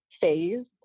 phase